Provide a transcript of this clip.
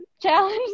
challenge